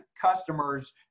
customers